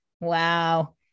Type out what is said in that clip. wow